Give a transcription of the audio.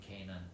Canaan